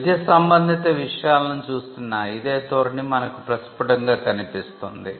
విద్య సంబంధిత విషయాలను చూసినా ఇదే ధోరణి మనకు ప్రస్ఫుటంగా కనిపిస్తుంది